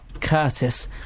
Curtis